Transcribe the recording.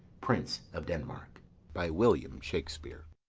prince of denmark by william shakespeare